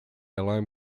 alarm